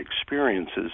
experiences